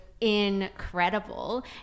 incredible